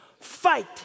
Fight